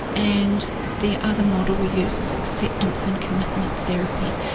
and the other model we use is acceptance and commitment therapy.